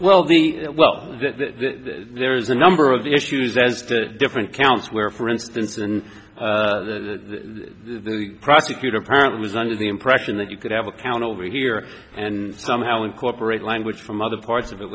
well the well there's a number of the issues as to different counts where for instance and the prosecutor parent was under the impression that you could have a count over here and somehow incorporate language from other parts of it